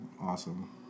awesome